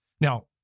Now